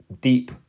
deep